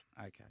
Okay